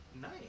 Nice